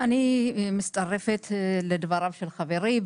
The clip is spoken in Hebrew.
אני מצטרפת לדבריו של חברי.